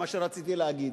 מה שרציתי להגיד.